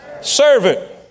servant